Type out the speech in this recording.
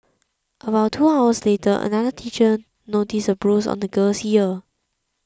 about two hours later another teacher noticed a bruise on the girl's ear